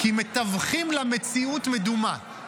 כי מתווכים לה מציאות מדומה.